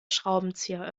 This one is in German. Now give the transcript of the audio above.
schraubenzieher